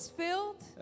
filled